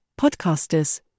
podcasters